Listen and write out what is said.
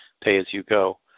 pay-as-you-go